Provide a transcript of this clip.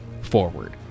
forward